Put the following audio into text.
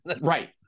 right